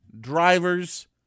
drivers